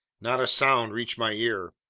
not a sound reached my ear.